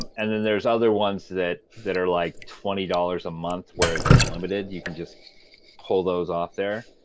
and then there's other ones that that are like twenty dollars a month, where it's unlimited. you can just pull those off there.